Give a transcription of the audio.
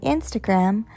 Instagram